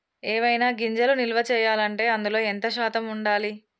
ఏవైనా గింజలు నిల్వ చేయాలంటే అందులో ఎంత శాతం ఉండాలి?